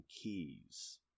keys